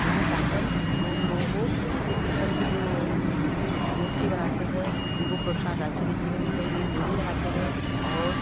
यहाँ शासन उन लोगों को जैसे पीतल के जो मूर्ती बनाते हैं उनको प्रोत्साहन राशि देती है उनको कहीं कहीं मेले लगाते हैं और